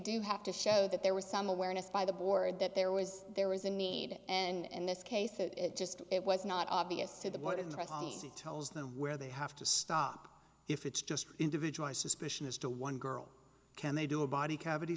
do have to show that there was some awareness by the board that there was there was a need and this case it just it was not obvious to the what interests me she tells them where they have to stop if it's just individualized suspicion as to one girl can they do a body cavity